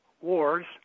wars